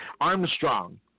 Armstrong